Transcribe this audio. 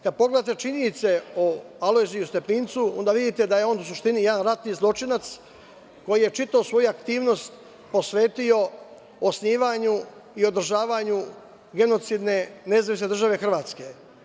Kada pogledate činjenice o Alojziju Stepincu onda vidite da je on u suštini jedan ratni zločinac koji je čitavu svoju aktivnost posvetio osnivanju i održavanju genocidne NDH.